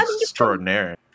Extraordinary